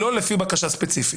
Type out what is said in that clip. לא לפי בקשה ספציפית.